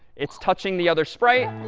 it's touching the other sprite.